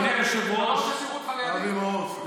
אדוני היושב-ראש, אבי מעוז.